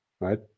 right